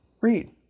read